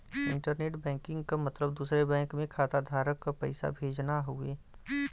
internet banking क मतलब दूसरे बैंक में खाताधारक क पैसा भेजना हउवे